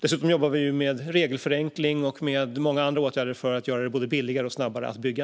Dessutom jobbar vi med regelförenkling och många andra åtgärder för att det både ska bli billigare och gå snabbare att bygga.